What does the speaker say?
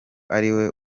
ariwe